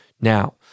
Now